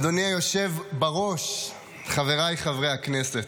אדוני היושב בראש, חבריי חברי הכנסת,